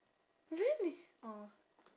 really orh